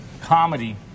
comedy